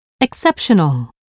Exceptional